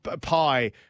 Pie